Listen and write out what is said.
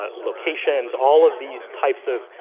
ah locations, all of these types of,